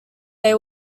they